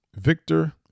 Victor